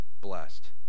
blessed